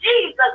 Jesus